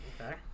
okay